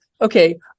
okay